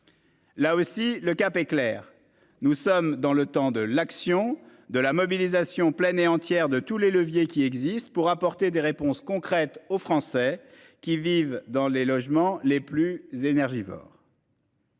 Là aussi, le cap est clair. Nous sommes dans le temps de l'action de la mobilisation pleine et entière de tous les leviers qui existent pour apporter des réponses concrètes aux Français qui vivent dans les logements les plus énergivores.